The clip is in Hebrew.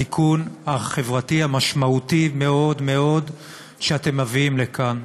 על התיקון החברתי המשמעותי מאוד מאוד שאתם מביאים לכאן.